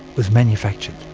was manufactured.